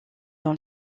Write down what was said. dans